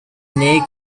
snake